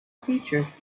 features